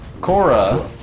Cora